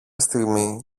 στιγμή